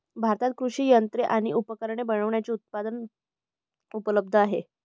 भारतात कृषि यंत्रे आणि उपकरणे बनविण्याचे उत्पादक उपलब्ध आहे